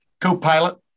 co-pilot